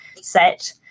set